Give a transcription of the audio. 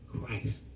Christ